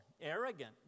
arrogant